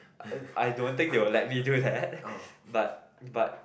I don't think they will let me do that but but